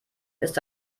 ist